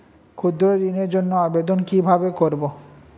ক্ষুদ্র ঋণের জন্য আবেদন কিভাবে করব?